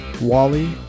Wally